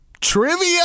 Trivia